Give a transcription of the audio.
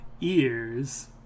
ears